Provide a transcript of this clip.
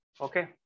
Okay